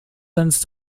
since